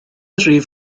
rif